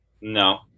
No